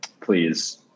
Please